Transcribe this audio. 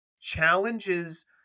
challenges